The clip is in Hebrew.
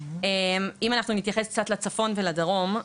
אם נתייחס לצפון ולדרום,